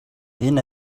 энэ